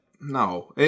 No